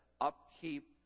upkeep